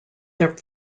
their